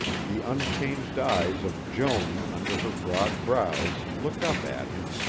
the unchanged eyes of joan under her broad brows looked up at him.